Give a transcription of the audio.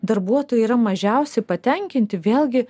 darbuotojai yra mažiausiai patenkinti vėlgi